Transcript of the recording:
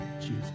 Jesus